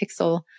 pixel